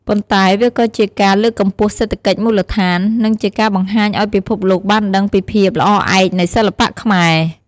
ប៉ុន្តែវាក៏ជាការលើកកម្ពស់សេដ្ឋកិច្ចមូលដ្ឋាន និងជាការបង្ហាញឲ្យពិភពលោកបានដឹងពីភាពល្អឯកនៃសិល្បៈខ្មែរ។